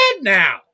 now